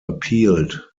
appealed